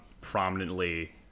prominently